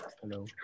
Hello